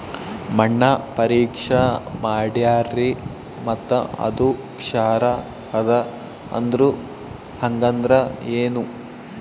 ಮಣ್ಣ ಪರೀಕ್ಷಾ ಮಾಡ್ಯಾರ್ರಿ ಮತ್ತ ಅದು ಕ್ಷಾರ ಅದ ಅಂದ್ರು, ಹಂಗದ್ರ ಏನು?